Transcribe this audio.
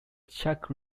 check